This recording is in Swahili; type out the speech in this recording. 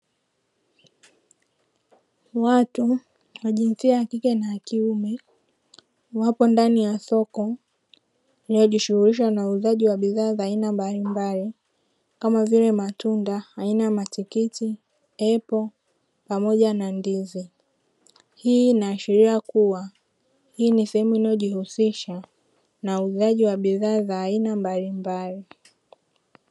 Watu wa jinsia yakike na yakiume wapo ndani ya soko linalojishughulisha na uuzaji wa bidhaa za aina mbalimbali kama vile matunda aina ya matikiti, tofaa pamoja na ndizi, hii inaashiria kuwa hii ni sehemu inayojihusisha na uuzaji wa bidhaa za aina mbalimbali.